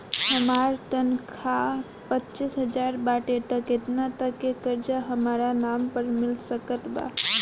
हमार तनख़ाह पच्चिस हज़ार बाटे त केतना तक के कर्जा हमरा नाम पर मिल सकत बा?